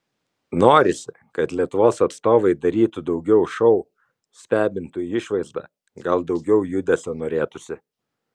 norisi kad lietuvos atstovai darytų daugiau šou stebintų išvaizda gal daugiau judesio norėtųsi